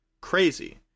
crazy